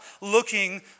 looking